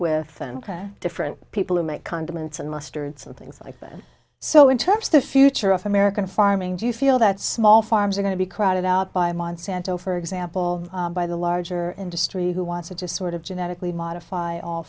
they're different people who make condiments and mustard some things like that so in terms of the future of american farming do you feel that small farms are going to be crowded out by monsanto for example by the larger industry who wants a just sort of genetically modified